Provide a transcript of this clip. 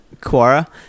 Quora